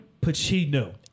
Pacino